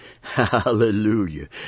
Hallelujah